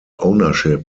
ownership